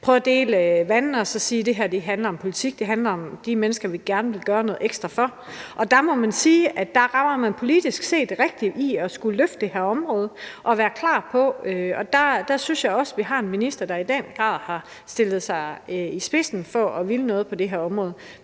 prøve skille tingene og sige, at det her handler om politik – det handler om de mennesker, vi gerne vil gøre noget ekstra for. Og der må man sige, at man rammer politisk set rigtigt i at skulle løfte det her område og være klar på det. Der synes jeg også, at vi har en minister, der i den grad har stillet sig i spidsen for at ville noget på det her område.